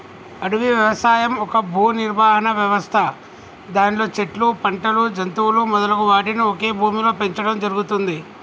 అడవి వ్యవసాయం ఒక భూనిర్వహణ వ్యవస్థ దానిలో చెట్లు, పంటలు, జంతువులు మొదలగు వాటిని ఒకే భూమిలో పెంచడం జరుగుతుంది